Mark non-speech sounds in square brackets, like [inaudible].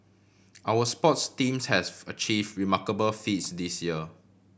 our sports teams has [unintelligible] achieve remarkable feats this year